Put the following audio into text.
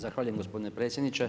Zahvaljujem gospodine predsjedniče.